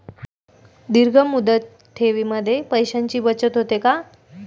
दीर्घ मुदत ठेवीमध्ये पैशांची बचत होते का?